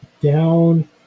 down